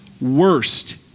worst